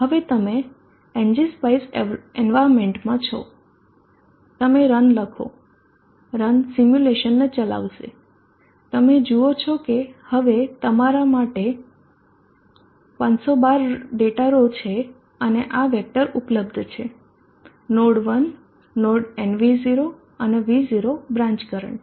હવે તમે ng spice environmentમાં છો તમે run લખો run સિમ્યુલેશનને ચલાવશે તમે જુઓ છો કે હવે તમારા માટે 512 ડેટા રો છે અને આ વેક્ટર ઉપલબ્ધ છે નોડ 1 નોડ nvo અને V0 બ્રાંચ કરંટ